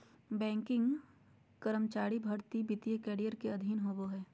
banking कर्मचारी भर्ती वित्तीय करियर के अधीन आबो हय